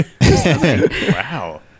wow